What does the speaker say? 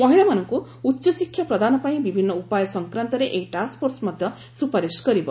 ମହିଳାମାନଙ୍କୁ ଉଚ୍ଚ ଶିକ୍ଷା ପ୍ରଦାନ ପାଇଁ ବିଭିନ୍ନ ଉପାୟ ସଂକ୍ରାନ୍ତରେ ଏହି ଟାସ୍କ୍ଫୋର୍ସ ମଧ୍ୟ ସୁପାରିଶ କରିବ